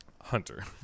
Hunter